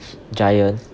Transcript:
Giant